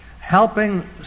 helping